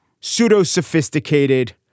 pseudo-sophisticated